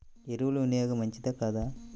ఎరువుల వినియోగం మంచిదా కాదా?